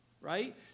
Right